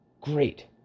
great